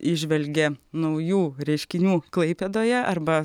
įžvelgia naujų reiškinių klaipėdoje arba